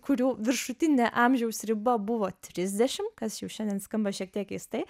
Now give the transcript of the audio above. kurių viršutinė amžiaus riba buvo trisdešimt kas jau šiandien skamba šiek tiek keistai